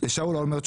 לשאול אולמרט...